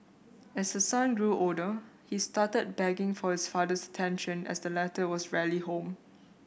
as her son grew older he started begging for his father's attention as the latter was rarely home